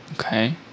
Okay